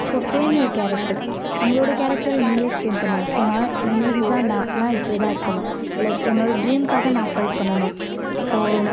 so frame your character உங்களுடைய கேரக்டரை நீங்களே ஃரேம் பண்ணுங்க சோ இதுதான் நான் நான் இப்படித்தான் இருக்கணும் லைக் என்னோடய ட்ரீம்காக நான் ஃபைட் பண்ணணும் ஸோ